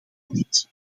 niet